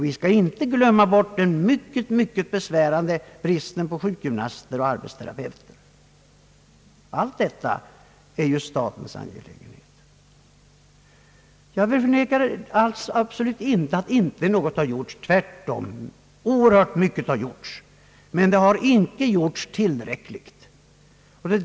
Vi skall inte heller glömma bort den mycket besvärande bristen på sjukgymnaster och arbetsterapeuter. Allt detta är ju en statens angelägenhet. Jag påstår absolut inte att ingenting har gjorts. Tvärtom, oerhört mycket har gjorts, men inte i tillräcklig omfattning.